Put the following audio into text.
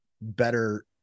better